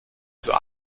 zur